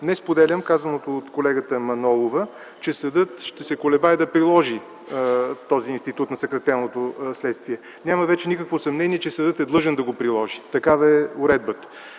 Не споделям казаното от колегата Манолова, че съдът ще се колебае да приложи този институт на съкратеното следствие. Няма вече никакво съмнение, че съдът е длъжен да го приложи – такава е уредбата.